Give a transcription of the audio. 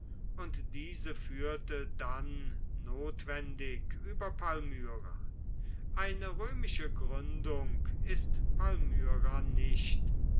und diese führte dann notwendig über palmyra eine römische gründung ist palmyra nicht